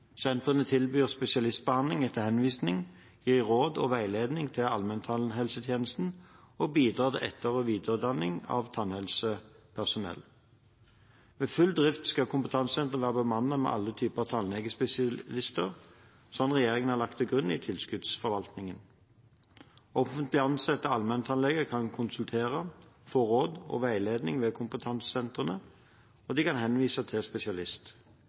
Sentrene tilbyr spesialistbehandling etter henvisning, gir råd og veiledning til allmenntannhelsetjenesten og bidrar i etter- og videreutdanning av tannhelsepersonell. Ved full drift skal kompetansesentrene være bemannet med alle typer tannlegespesialister, slik regjeringen har lagt til grunn i tilskuddsforvaltningen. Offentlig ansatte allmenntannleger kan konsultere, få råd og veiledning ved kompetansesentrene, og de kan henvise ti1 spesialist.